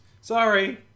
Sorry